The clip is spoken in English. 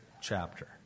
chapter